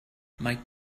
might